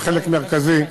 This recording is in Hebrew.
וחלק מרכזי,